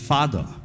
Father